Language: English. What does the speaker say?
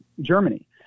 Germany